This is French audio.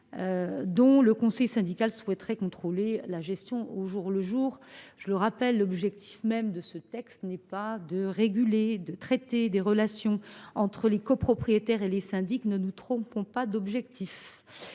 dont le conseil syndical souhaiterait contrôler la gestion au jour le jour. Je le répète, l’objet du texte n’est pas de traiter des relations entre les copropriétaires et les syndics. Ne nous trompons pas d’objectif.